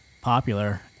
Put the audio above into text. popular